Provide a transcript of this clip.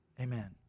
Amen